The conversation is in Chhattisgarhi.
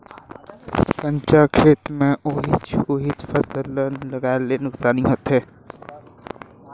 कंचा खेत मे ओहिच ओहिच फसल ल लगाये ले नुकसानी होथे